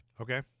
Okay